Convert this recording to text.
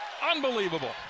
Unbelievable